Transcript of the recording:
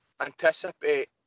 anticipate